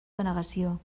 denegació